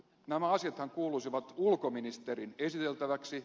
nämä asiathan kuuluisivat ulkoasiainministerin esiteltäväksi